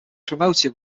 promoted